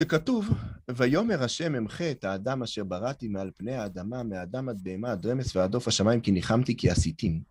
כתוב, ויאמר השם אמחה את האדם אשר בראתי מעל פני האדמה, מאדם עד בהמה, אד רמס ועד אוף השמיים, כי ניחמתי כי עשיתי.